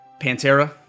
Pantera